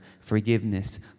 Forgiveness